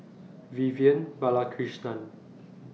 Vivian Balakrishnan